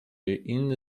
inny